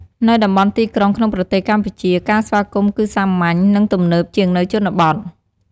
នៅតំបន់ទីក្រុងក្នុងប្រទេសកម្ពុជា ការស្វាគមន៍គឺសាមញ្ញ និងទំនើបជាងនៅជនបទ។